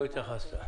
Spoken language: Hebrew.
לא התייחסת.